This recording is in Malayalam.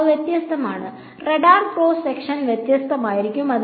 അവ വ്യത്യസ്തമാണ് റഡാർ ക്രോസ് സെക്ഷൻ വ്യത്യസ്തമായിരിക്കും